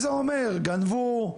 זה אומר, גנבו,